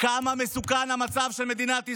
כמה מסוכן המצב של מדינת ישראל.